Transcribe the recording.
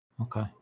Okay